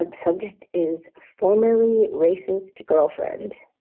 ah subject is formally racist. girlfriend.